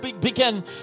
begin